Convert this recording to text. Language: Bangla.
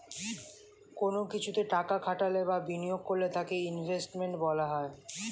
কোন কিছুতে টাকা খাটালে বা বিনিয়োগ করলে তাকে ইনভেস্টমেন্ট বলা হয়